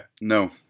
No